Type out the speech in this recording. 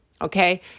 Okay